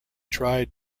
tried